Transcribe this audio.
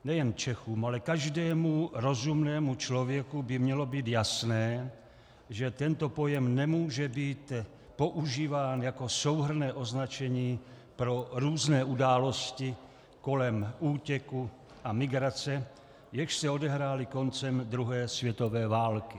Nejen Čechům, ale každému rozumnému člověku by mělo být jasné, že tento pojem nemůže být používán jako souhrnné označení pro různé události kolem útěku a migrace, jež se odehrály koncem druhé světové války.